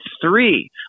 three